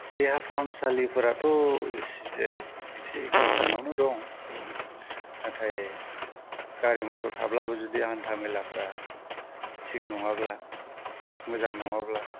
देहा फाहामसालिफोराथ' एसेसै एसे गोजानावनो दं नाथाय गारि मथर थाब्लाबो जुदि हान्थामेलाफोरा थिग नङाब्ला मोजां नङाब्ला